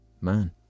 Man